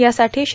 यासाठी श्री